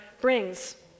brings